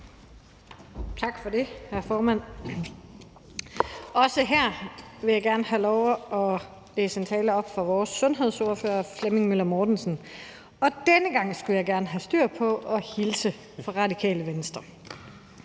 Tak for det, hr. formand. Også her vil jeg gerne have lov at læse en tale op for vores sundhedsordfører, Flemming Møller Mortensen, og denne gang skulle jeg gerne have styr på at hilse fra Radikale Venstre.